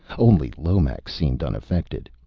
only lomax seemed unaffected.